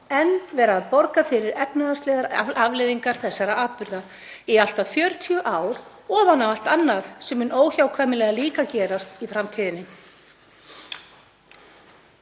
enn vera að borga fyrir efnahagslegar afleiðingar þessara atburða, í allt að 40 ár ofan á allt annað sem gerist óhjákvæmilega líka í framtíðinni.